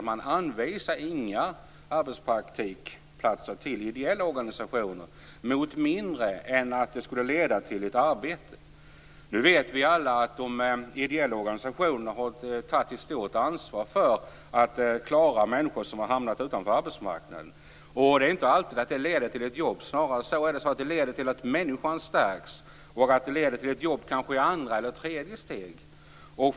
Man anvisar inga arbetspraktikplatser hos ideella organisationer med mindre än att det skulle leda till ett arbete. Vi vet alla att de ideella organisationerna har tagit ett stort ansvar för människor som har hamnat utanför arbetsmarknaden. Det är inte alltid det leder till ett jobb. Snarare leder det till att människor stärks, vilket kanske leder till ett jobb i andra eller tredje steget.